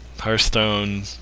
Hearthstone